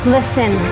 Listen